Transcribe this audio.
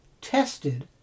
tested